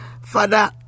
Father